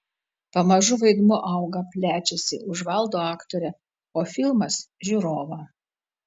pamažu vaidmuo auga plečiasi užvaldo aktorę o filmas žiūrovą